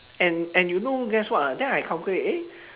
and and you know guess what uh then I calculate eh